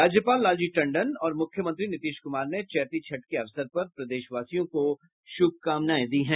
राज्यपाल लालजी टंडन और मुख्यमंत्री नीतीश कुमार ने चैती छठ के अवसर पर प्रदेशवासियों को शुभकामनाएं दी है